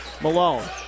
Malone